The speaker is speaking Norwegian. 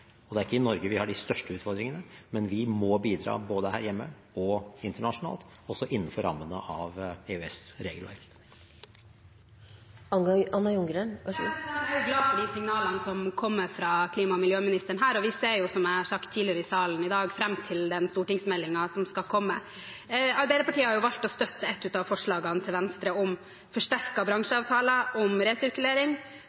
vi må bidra både her hjemme og internasjonalt, også innenfor rammene av EØS-regelverket. Jeg er glad for de signalene som kommer fra klima- og miljøministeren her, og vi ser, som jeg har sagt tidligere i salen i dag, fram til den stortingsmeldingen som skal komme. Arbeiderpartiet har valgt å støtte et av forslagene til Venstre, om